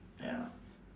ya